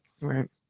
Right